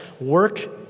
Work